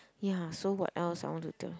ya so what else I want to